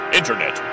Internet